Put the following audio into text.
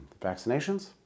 vaccinations